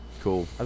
Cool